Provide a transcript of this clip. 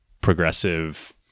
progressive